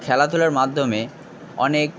খেলাধুলার মাধ্যমে অনেক